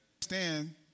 stand